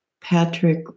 Patrick